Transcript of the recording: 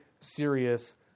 serious